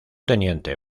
teniente